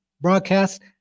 broadcast